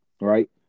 right